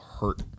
hurt